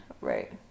right